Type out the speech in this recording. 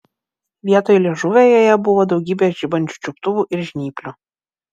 vietoj liežuvio joje buvo daugybė žibančių čiuptuvų ir žnyplių